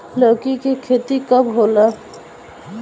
लौका के खेती कब होला?